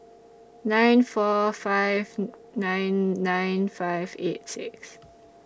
nine four five nine nine five eight six